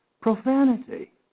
profanity